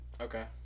Okay